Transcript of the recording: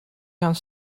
gaan